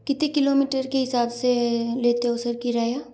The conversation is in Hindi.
कितने किलोमीटर के हिसाब से लेते हो सर किराया